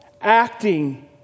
acting